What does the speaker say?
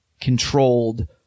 controlled